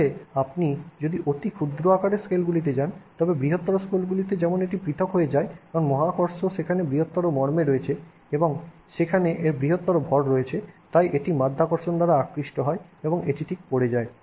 তবে আপনি যদি অতি ক্ষুদ্র আকারের স্কেলগুলিতে যান তবে বৃহত্তর স্কেলগুলিতে যেমন এগুলি পৃথক হয়ে যায় কারণ মহাকর্ষ সেখানে বৃহত্তর মর্মে রয়েছে এবং সেখানে এর বৃহত্তর ভর রয়েছে তাই এটি মাধ্যাকর্ষণ দ্বারা আকৃষ্ট হয় এবং এটি ঠিক পড়ে যায়